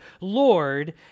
Lord